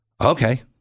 Okay